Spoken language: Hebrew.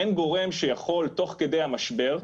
אין גורם שיכול תוך כדי המשבר,